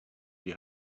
you